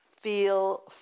feel